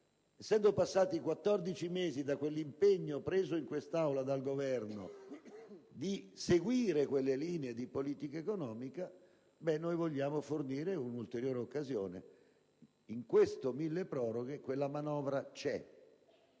essendo passati 14 mesi dall'impegno preso in quest'Aula dal Governo di seguire quelle linee di politica economica, noi vogliamo fornire un'ulteriore occasione. In questo milleproroghe quella manovra c'è: